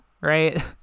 right